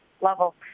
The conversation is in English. level